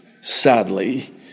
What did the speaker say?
sadly